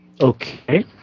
Okay